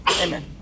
amen